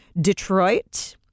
Detroit